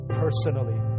personally